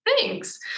Thanks